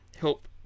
help